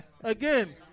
Again